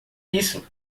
isso